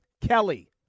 Kelly